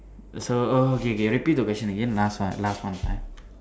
so okay K repeat the question again last one last one time